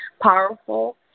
powerful